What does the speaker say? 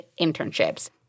internships